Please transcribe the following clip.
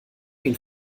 ihn